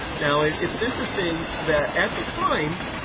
now, and it's interesting that, at the time,